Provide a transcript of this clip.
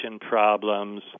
problems